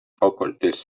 faculties